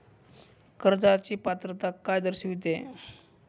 कर्जाची पात्रता काय दर्शविते?